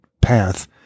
path